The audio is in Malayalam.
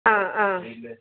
ആ ആ